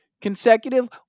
consecutive